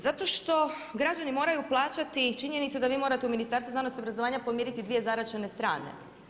Zato što građani moraju plaćati činjenicu da vi morate u Ministarstvu znanosti i obrazovanja podmiriti dvije zaraćene strane.